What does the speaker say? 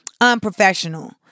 unprofessional